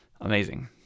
amazing